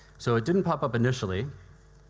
so it didn't pop up initially.